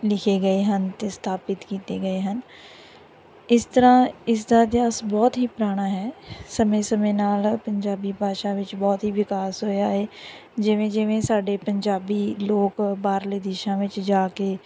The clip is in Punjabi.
ਲਿਖੇ ਗਏ ਹਨ ਅਤੇ ਸਥਾਪਿਤ ਕੀਤੇ ਗਏ ਹਨ ਇਸ ਤਰ੍ਹਾਂ ਇਸ ਦਾ ਇਤਿਹਾਸ ਬਹੁਤ ਹੀ ਪੁਰਾਣਾ ਹੈ ਸਮੇਂ ਸਮੇਂ ਨਾਲ ਪੰਜਾਬੀ ਭਾਸ਼ਾ ਵਿੱਚ ਬਹੁਤ ਹੀ ਵਿਕਾਸ ਹੋਇਆ ਹੈ ਜਿਵੇਂ ਜਿਵੇਂ ਸਾਡੇ ਪੰਜਾਬੀ ਲੋਕ ਬਾਹਰਲੇ ਦੇਸ਼ਾਂ ਵਿੱਚ ਜਾ ਕੇ